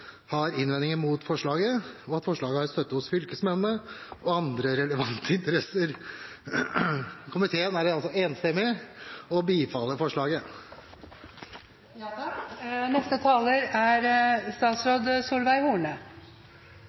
har innvendinger mot forslaget, og at forslaget har støtte hos fylkesmennene og andre relevante instanser. Komiteen bifaller enstemmig